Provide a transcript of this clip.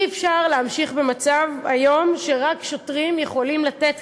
אי-אפשר להמשיך במצב היום, שרק שוטרים יכולים לתת